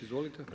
Izvolite.